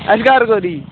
اَسہِ کَر کوٚر یی